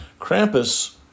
Krampus